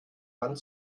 wand